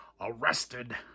arrested